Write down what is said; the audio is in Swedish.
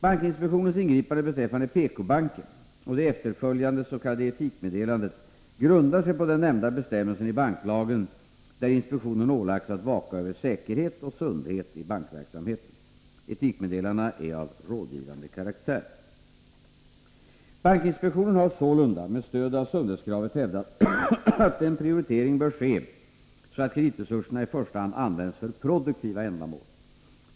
Bankinspektionens ingripande beträffande PK-banken och det efterföljande s.k. etikmeddelandet grundar sig på den nämnda bestämmelsen i banklagen där inspektionen ålagts att vaka över säkerhet och sundhet i bankverksamheten. Etikmeddelandena är av rådgivande karaktär. Bankinspektionen har sålunda med stöd av sundhetskravet hävdat att en prioritering bör ske så att kreditresurserna i första hand används för produktiva ändamål.